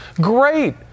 great